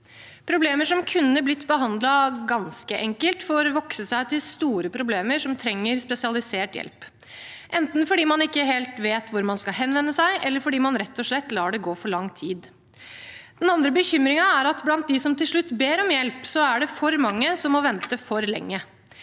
Problemer som kunne blitt behandlet ganske enkelt, får vokse seg til store problemer som trenger spesialisert hjelp, enten fordi man ikke helt vet hvor man skal henvende seg, eller fordi man rett og slett lar det gå for lang tid. Den andre bekymringen er at blant dem som til slutt ber om hjelp, er det for mange som må vente for lenge.